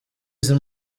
izi